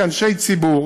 כאנשי ציבור,